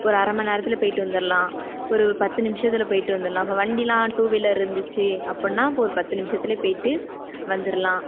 ஒரு அரைமண் நேரத்தில் போய்ட்டு வந்துடலாம் ஒரு பத்து நிமிஷத்தில் போய்ட்டு வந்துடலாம் இப்போ வண்டியெலாம் டூ வீலர் இருந்துச்சு அப்படினா இப்போ ஒரு பத்து நிமிஷத்திலே போய்ட்டு வந்துடலாம்